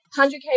100K